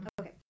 Okay